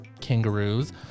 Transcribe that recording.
kangaroos